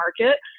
market